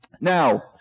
Now